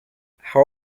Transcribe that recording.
how